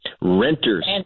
renters